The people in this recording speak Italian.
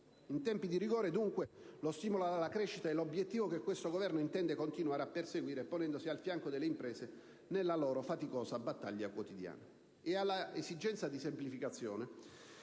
In tempi di rigore dunque, lo stimolo alla crescita è l'obiettivo che questo Governo intende continuare a perseguire, ponendosi al fianco delle imprese nella loro faticosa battaglia quotidiana.